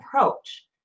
approach